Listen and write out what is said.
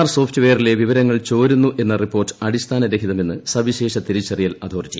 ആധാർ സോഫ്റ്റ്വെയറിലെ വിവരങ്ങൾ ചോരുന്നു എന്ന റിപ്പോർട്ട് അടിസ്ഥാനരഹിതമെന്ന് സവിശേഷ തിരിച്ചറിയൽ അതോറിറ്റി